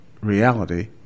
reality